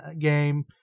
game